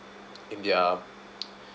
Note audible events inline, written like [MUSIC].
in their [NOISE]